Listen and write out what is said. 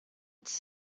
its